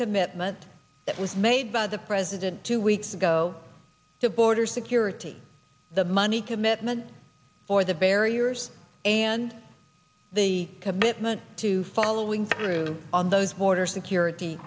commitment that was made by the president two weeks ago to border security the money commitment or the barriers and the commitment to following through on those border security